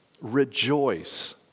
Rejoice